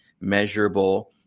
measurable